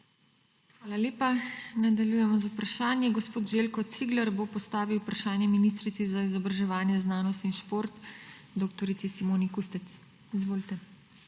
Hvala lepa. Nadaljujemo z vprašanji. Gospod Željko Cigler bo postavil vprašanje ministrici za izobraževanje, znanost in šport dr. Simoni Kustec. Izvolite.